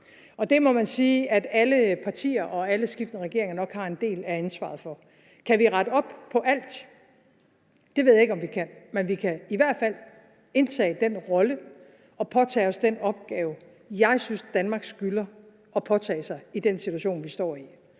Ja. Det må man sige at alle partier og alle skiftende regeringer nok har en del af ansvaret for. Kan vi rette op på alt? Det ved jeg ikke om vi kan, men vi kan i hvert fald indtage den rolle og påtage os den opgave, jeg synes Danmark skylder at påtage sig i den situation, vi står i.